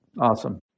Awesome